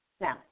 Now